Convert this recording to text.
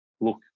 look